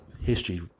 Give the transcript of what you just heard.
history